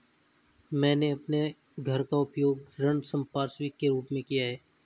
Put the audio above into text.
मैंने अपने घर का उपयोग ऋण संपार्श्विक के रूप में किया है